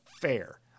fair